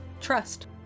trust